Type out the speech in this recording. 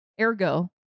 ergo